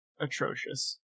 atrocious